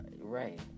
right